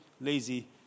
lazy